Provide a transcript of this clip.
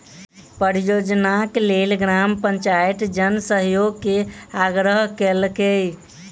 परियोजनाक लेल ग्राम पंचायत जन सहयोग के आग्रह केलकै